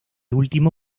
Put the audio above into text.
último